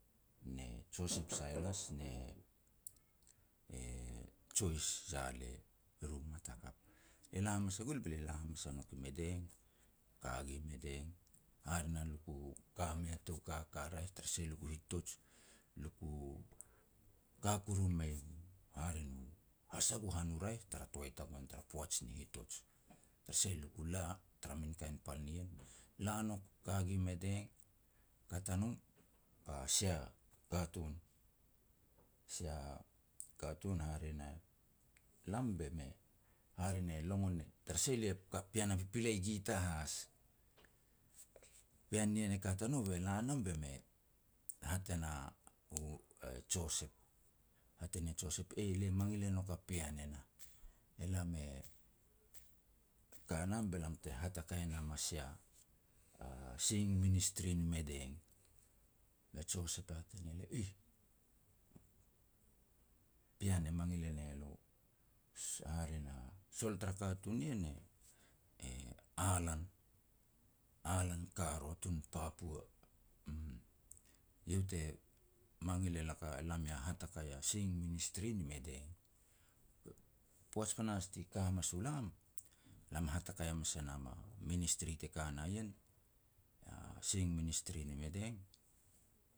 ne Joseph Sailas ne e-e Jois Zale, eru mat hakap. Be lia la hamas gul be lia la hamas a nouk i Madang. Ka gi Madang, hare ne leku ka mei a tou kaka raeh tara sah lia ku hitoj, luku ka kuru mei hare nu hasagohan u raeh tara toai tagoan tara poaj ni hitoj. Tara sah le ku la tara min kain pal ri en. La nouk ka gui Madang, kat a no, ba sia katun, sia katun hare na lam be me hare ne longon e, tara sah elia pean a pipilei gita has. Pean nien e kat a no be la nam be me hat e na e Joseph. Hat e ne Joseph, "Ei, lia mangil e nouk a pean ne nah, elam e ka nam be lam te hatakai nam a sia Singing Ministry ni Madang. Be Joseph e hat e ne lia, "Eih, pean e mangil e ne lo." Hare na, sol tara katun nien e-e Alan, Alan Karo tun Papua, uum. Eiau te mangil e lak e lam ia hatakai a sia Singing Ministry ni Madang. Poaj panahas ti ka hamas u lam, lam hatakei hamas e nam a ministry te ka na ien, a Singing Ministri ni Madang